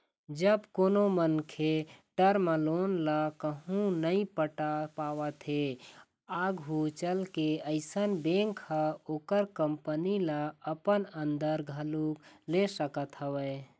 जब कोनो मनखे टर्म लोन ल कहूँ नइ पटा पावत हे आघू चलके अइसन बेंक ह ओखर कंपनी ल अपन अंदर घलोक ले सकत हवय